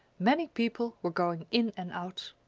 many people were going in and out.